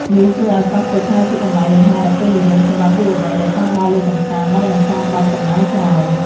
នេះធ្វើឱ្យកោះពេជ្រក្លាយជាកន្លែងលំហែដ៏ពេញនិយមសម្រាប់យុវវ័យដែលចង់ដើរលេងកម្សាន្តដោយមិនចាំបាច់ចំណាយច្រើន។